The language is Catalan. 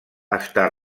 està